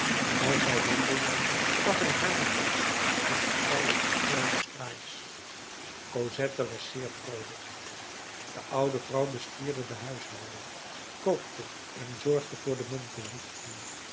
als zij wandelden gaf hij haar de hand en vertelde haar allerlei fraais cosette was zeer vroolijk de oude vrouw bestierde de huishouding kookte en zorgde voor de